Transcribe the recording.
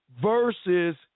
versus